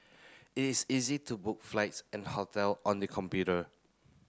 it is easy to book flights and hotel on the computer